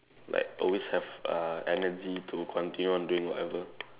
like always have uh energy to continue on doing whatever